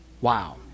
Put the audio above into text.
Wow